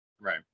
Right